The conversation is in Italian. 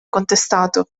contestato